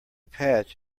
patch